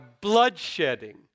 bloodshedding